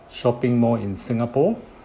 shopping mall in singapore